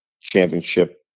championship